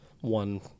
one